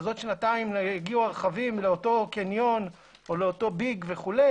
עוד שנתיים יגיעו הרכבים לאותו קניון או ביג וכו',